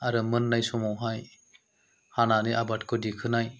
आरो मोन्नाय समावहाय हानानै आबादखौ दिखोनाय